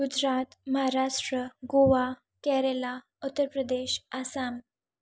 Gujarat Maharashtra Goa Kerala Uttar Pradesh Assam